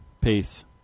Peace